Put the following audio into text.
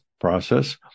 process